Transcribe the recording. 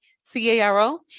C-A-R-O